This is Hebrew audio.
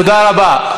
תודה רבה.